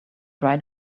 right